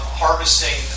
harvesting